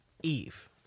Eve